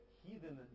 heathen